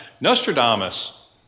Nostradamus